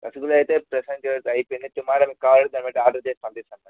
రసగుల్లా ఐతే ప్రెసెంట్ ఈరోజు అయిపోయింది టుమారో మీకు కావాలంటే దాన్నిబట్టి ఆర్డర్ చేసి పంపిస్తాం మేడం